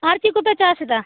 ᱟᱨ ᱪᱮᱫ ᱠᱚᱯᱮ ᱪᱟᱥ ᱮᱫᱟ